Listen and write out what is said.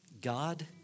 God